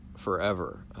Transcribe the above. forever